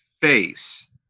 face